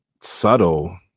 subtle